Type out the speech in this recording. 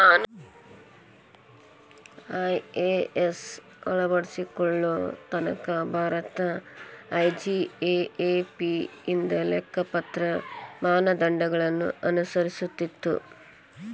IAS ಅಳವಡಿಸಿಕೊಳ್ಳೊ ತನಕಾ Bharat IGAAP ಇಂದ ಲೆಕ್ಕಪತ್ರ ಮಾನದಂಡಗಳನ್ನ ಅನುಸರಿಸ್ತಿತ್ತು